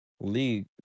League